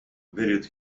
valued